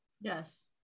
Yes